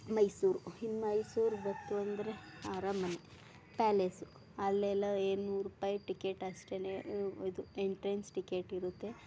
ಮೈಸೂರು ಇನ್ನು ಮೈಸೂರು ಗೊತ್ತು ಅಂದರೆ ಅರಮನೆ ಪ್ಯಾಲೇಸು ಅಲ್ಲೆಲ್ಲ ಏನು ನೂರು ರೂಪಾಯಿ ಟಿಕೆಟ್ ಅಷ್ಟೆ ಇದು ಎಂಟ್ರೆನ್ಸ್ ಟಿಕೆಟ್ ಇರುತ್ತೆ